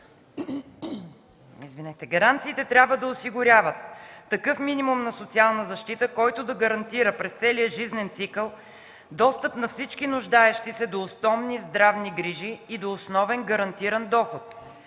Гаранциите трябва да осигуряват такъв минимум на социална защита, който да гарантира през целия жизнен цикъл достъп на всички нуждаещи се до основни здравни грижи и до основен гарантиран доход,